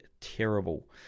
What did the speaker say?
terrible